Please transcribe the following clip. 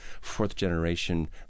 fourth-generation